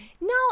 No